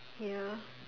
ya